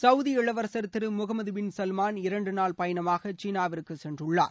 Saudi இளவரசர் திரு Mohammed bin Salman இரண்டு நாள் பயணமாக சீனாவிற்கு சென்றுள்ளார்